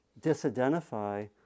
disidentify